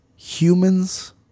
Humans